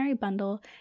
Bundle